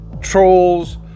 trolls